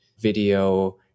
video